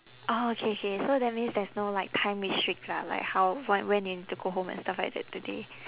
oh okay okay so that means there's no like time restrict lah like how whe~ when you need to go home and stuff like that today